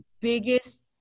biggest